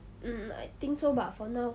hmm I think so bah for now